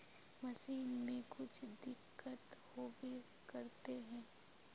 Machine में कुछ दिक्कत होबे करते है?